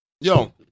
yo